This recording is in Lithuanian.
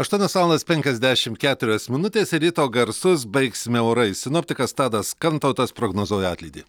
aštuonios valandos penkiasdešimt keturios minutės ryto garsus baigsime orais sinoptikas tadas kantautas prognozuoja atlydį